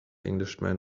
englishman